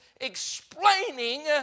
explaining